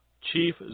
Chief